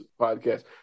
podcast